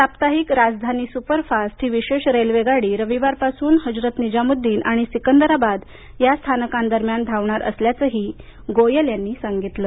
साप्ताहिक Rajdhani super fast ही विशेष रेल्वेगाडी रविवारपासून हजरत निजामूद्दीन आणि सिकंदराबाद या स्थानकांदरम्यान धावणार असल्याचंही गोयल यांनी सांगितलं